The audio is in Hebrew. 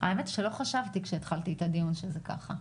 האמת, כשהתחלתי את הדיון לא חשבתי שזה ככה.